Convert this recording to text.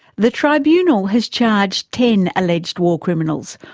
the tribunal has charged ten alleged war criminals,